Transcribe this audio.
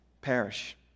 perish